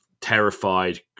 terrified